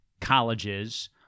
colleges